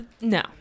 No